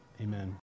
amen